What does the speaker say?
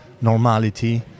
normality